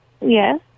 Yes